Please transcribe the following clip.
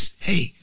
Hey